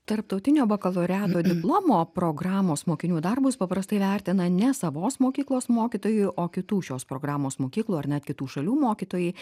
tarptautinio bakalaureato diplomo programos mokinių darbus paprastai vertina ne savos mokyklos mokytojai o kitų šios programos mokyklų ar net kitų šalių mokytojai